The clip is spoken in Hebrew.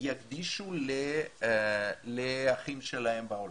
יקדישו לאחים שלהם בעולם.